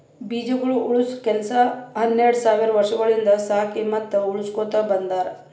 ಬೀಜಗೊಳ್ ಉಳುಸ ಕೆಲಸ ಹನೆರಡ್ ಸಾವಿರ್ ವರ್ಷಗೊಳಿಂದ್ ಸಾಕಿ ಮತ್ತ ಉಳುಸಕೊತ್ ಬಂದಾರ್